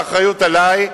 האחריות עלי,